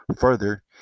further